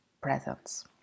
presence